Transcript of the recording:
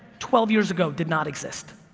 twelve years ago did not exist.